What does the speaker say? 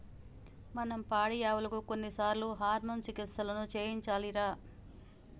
మనం పాడియావులకు కొన్నిసార్లు హార్మోన్ చికిత్సలను చేయించాలిరా